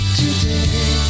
today